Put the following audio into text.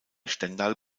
stendal